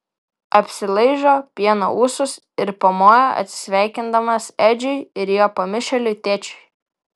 apsilaižo pieno ūsus ir pamoja atsisveikindamas edžiui ir jo pamišėliui tėčiui